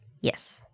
Yes